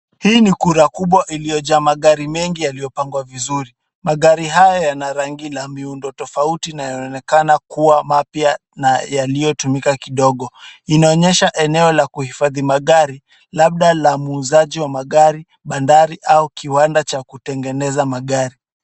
Hii ni kura kubwa Iliyojaa magari mengi yaliyopangwa vizuri. Magari haya yana rangi ya miundo tofauti na inaonekana kuwa mapya na yaliyotumika kidogo. Inaonyesha eneo la kuhifadhi magari, labda la muuzaji wa magari bandari au kiwanda cha kutengeneza magari.